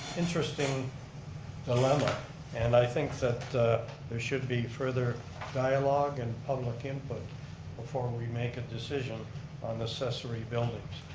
interesting dilemma and i think that there should be further dialogue and public input before we make a decision on this accessory buildings.